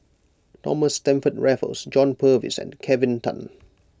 Thomas Stamford Raffles John Purvis and Kelvin Tan